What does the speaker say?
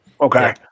Okay